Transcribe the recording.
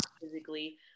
physically